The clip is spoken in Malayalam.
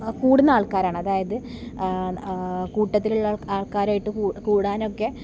കൂടുന്ന ആൾക്കാരാണ് അതായത് കൂട്ടത്തിലുള്ള ആൾക്കാരായിട്ട് കൂടാനൊക്കെ